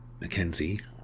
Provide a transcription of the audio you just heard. Mackenzie